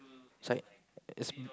side as